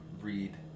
read